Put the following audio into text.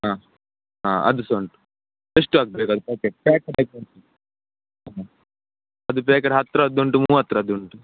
ಹಾಂ ಹಾಂ ಅದು ಸಹ ಉಂಟು ಎಷ್ಟು ಹಾಕ್ಬೇಕ್ ಅದು ಪ್ಯಾಕೆಟ್ ಪ್ಯಾಕ್ ಟೈಪ್ ಉಂಟು ಹ್ಞೂ ಅದು ಬೇಕಾರೆ ಹತ್ರದ್ದು ಉಂಟು ಮೂವತ್ರದ್ದು ಉಂಟು